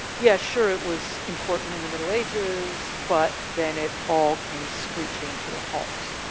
yeah sure, it was important in the middle ages but then it all came screeching to a halt.